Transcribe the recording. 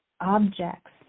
objects